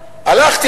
הלכתי,